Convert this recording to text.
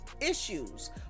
issues